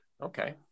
Okay